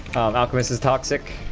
of ah mrs. toxic